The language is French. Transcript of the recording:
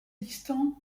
distants